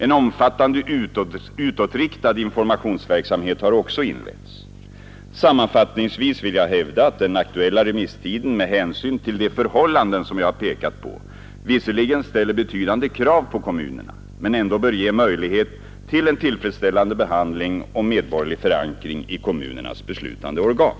En omfattande utåtriktad informationsverksamhet har också inletts. Sammanfattningsvis vill jag hävda att den aktuella remisstiden med hänsyn till de förhållanden som jag har pekat på visserligen ställer betydande krav på kommunerna men ändå bör ge möjlighet till en tillfredsställande behandling och medborgerlig förankring i kommunernas beslutande organ.